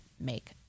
make